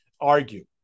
argue